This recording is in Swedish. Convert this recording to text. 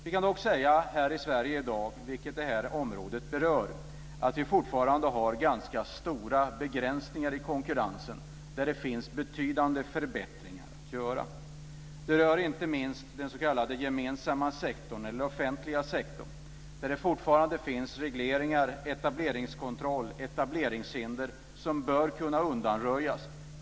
Vi kan dock säga att vi här i Sverige i dag, vilket detta område berör, fortfarande har ganska stora begränsningar i konkurrensen. Det finns betydande förbättringar att göra. Det rör inte minst den s.k. gemensamma sektorn, eller den offentliga sektorn, där det fortfarande finns regleringar, etableringskontroll och etableringshinder som bör kunna undanröjas.